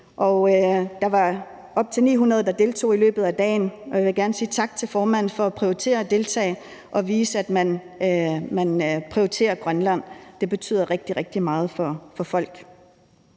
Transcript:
Der var op mod 900, der deltog i løbet af dagen, og jeg vil gerne sige tak til formanden for at deltage og vise, at man prioriterer Grønland. Det betyder rigtig, rigtig meget for folk